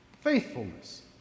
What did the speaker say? faithfulness